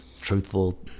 truthful